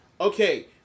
okay